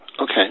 okay